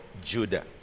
Judah